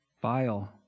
Bile